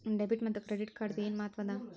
Debit ಮತ್ತ credit ಕಾರ್ಡದ್ ಏನ್ ಮಹತ್ವ ಅದ?